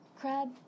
Crab